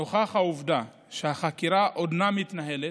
נוכח העובדה שהחקירה עודנה מתנהלת,